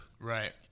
right